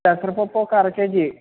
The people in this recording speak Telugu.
పెసరపప్పు ఒక అరకేజీ